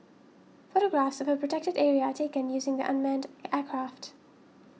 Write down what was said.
photographs of a Protected Area are taken using the unmanned aircraft